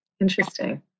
Interesting